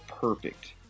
perfect